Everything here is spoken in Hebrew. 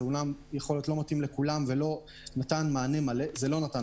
זה אולי לא מתאים לכולם ולא נתן מענה מלא.